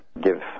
give